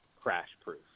crash-proof